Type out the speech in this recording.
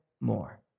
more